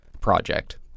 project